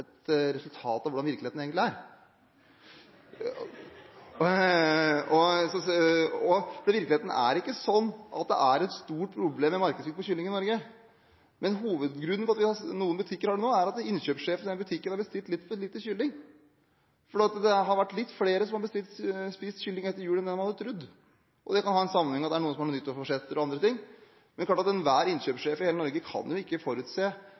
Virkeligheten er ikke sånn at det i markedet er et stort problem med svikt av kylling i Norge. Hovedgrunnen til at noen butikker har det nå, er at innkjøpssjefen i butikken har bestilt litt for lite kylling. Det er litt flere som har spist kylling etter jul enn det man hadde trodd. Det kan ha sammenheng med nyttårsforsetter o.l. Men det er klart at en innkjøpssjef i Norge ikke kan forutse akkurat hva slags etterspørsel det vil være etter kylling i hans butikk. Der har noen bommet, og